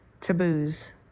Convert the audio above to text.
taboos